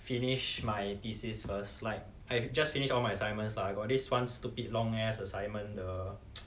finish my thesis first like I've just finish all my assignments lah got this one stupid long ass assignment the